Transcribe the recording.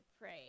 pray